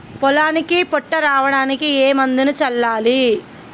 పొలానికి పొట్ట రావడానికి ఏ మందును చల్లాలి?